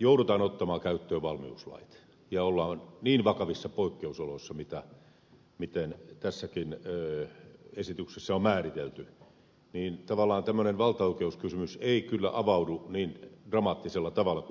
joudutaan ottamaan käyttöön valmiuslait ja ollaan niin vakavissa poikkeusoloissa kuin tässäkin esityksessä on määritelty niin tavallaan tämmöinen valtaoikeuskysymys ei kyllä avaudu niin dramaattisella tavalla kuin edellinen puhuja ed